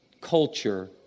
culture